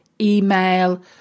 email